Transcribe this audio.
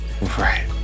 right